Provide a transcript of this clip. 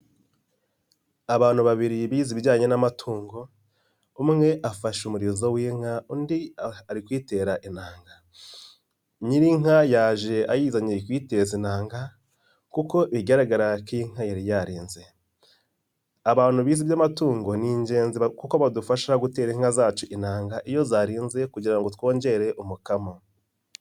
Abantu babiri bize ibijyanye n'amatungo umwe afashe umurizo w'inka undi ari kuyitera intanga nyir'inka yaje ayizaniye kuyiteza inanga kuko bigaragara ko iyi nka yari yarinze abantu bize iby'amatungo ni ingenzi kuko badufasha gutera inka zacu inyanga iyo zarinze kugira ngo twongere umukamo.